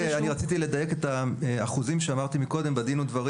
אני רציתי לדייק את האחוזים שאמרתי מקודם בדין ודברים.